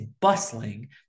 bustling